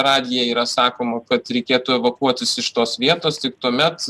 radiją yra sakoma kad reikėtų evakuotis iš tos vietos tik tuomet